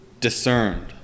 discerned